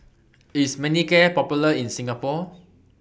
IS Manicare Popular in Singapore